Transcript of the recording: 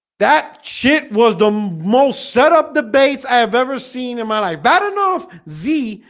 that shit was the um most set up debates i've ever seen in my life bad enough z,